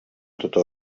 totes